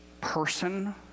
person